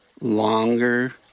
longer